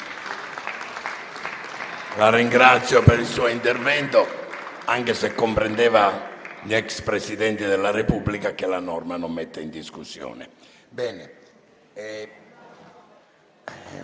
La ringrazio per il suo intervento, anche se comprendeva gli ex Presidenti della Repubblica, che la norma non mette in discussione.